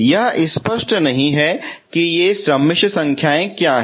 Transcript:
यह स्पष्ट नहीं है कि ये जटिल संख्याएं क्या हैं